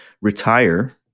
retire